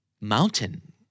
Mountain